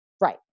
Right